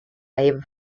labour